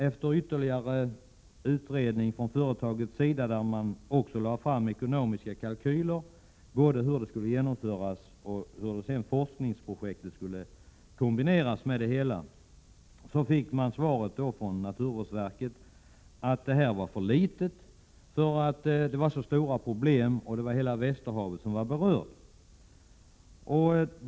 Efter ytterligare utredning från företagets sida, varvid man också lade fram ekonomiska kalkyler både på genomförandet och på hur forskningsprojektet skulle kombineras med det hela, fick företaget svaret från naturvårdsverket att projektet var för litet, eftersom problemen var så stora och hela Västerhavet var berört.